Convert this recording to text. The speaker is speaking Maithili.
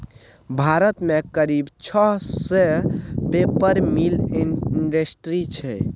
भारत मे करीब छह सय पेपर मिल इंडस्ट्री छै